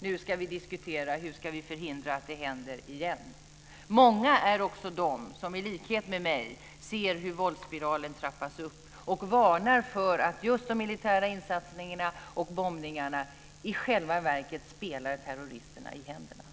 Nu ska vi diskutera hur vi ska förhindra att det händer igen. Det är också många, som i likhet med mig, ser hur våldsspiralen trappas upp, och de varnar för att de militära insatserna och bombningarna i själva verket spelar terroristerna i händerna.